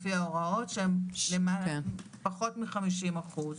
לפי ההוראות ושהם בדרגת נכות של פחות מ-50%.